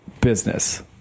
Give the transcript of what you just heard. business